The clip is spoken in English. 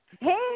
Hey